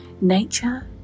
Nature